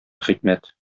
хикмәт